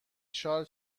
شال